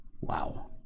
Wow